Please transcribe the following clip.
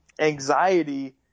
anxiety